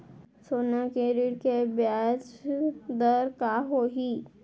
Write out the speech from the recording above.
सोना के ऋण के ब्याज दर का होही?